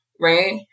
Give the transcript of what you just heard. right